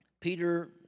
Peter